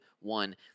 one